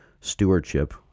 stewardship